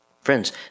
Friends